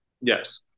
Yes